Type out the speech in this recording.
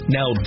Now